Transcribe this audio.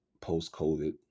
post-COVID